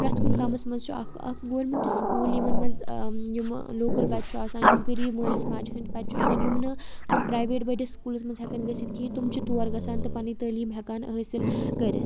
پرٮ۪تھ کُنہِ گامَس منٛز چھُ اَکھ اَکھ گورمینٹ سکوٗل یِمَن منٛز یِمہٕ لوکَل بَچہِ چھُ آسان یِم غریٖب مٲلِس ماجہِ ہٕنٛدۍ بَچہِ چھُ آسان یِم نہٕ کُنہِ پَرایویٹ بٔڑِس سکوٗلَس منٛز ہٮ۪کَن گٔژھِتھ کِہیٖنۍ تِم چھِ تور گژھان تہٕ پَنٕنۍ تعلیٖم ہٮ۪کان حٲصِل کٔرِتھ